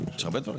יש הרבה דבירם.